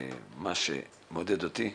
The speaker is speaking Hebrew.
מה שמעודד אותי,